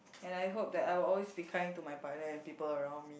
and I hope that I will always be kind to my partner and people around me